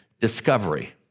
Discovery